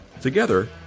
Together